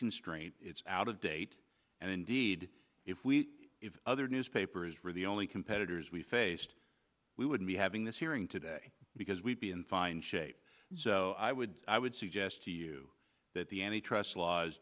constraint out of date and indeed if we if other newspapers were the only competitors we faced we wouldn't be having this hearing today because we'd be in fine shape so i would i would suggest to you that the any trust laws